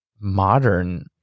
modern